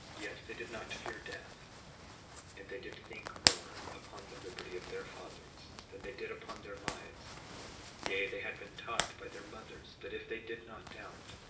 yet they did not fear death and they did think more upon the liberty of their fathers than they did upon their lives yea, they had been taught by their mothers, that if they did not doubt,